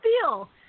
feel